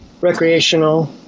recreational